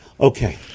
Okay